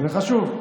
זה חשוב.